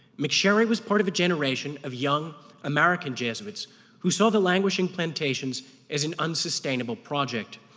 mcsherry was part of a generation of young american jesuits who saw the languishing plantations as an unsustainable project.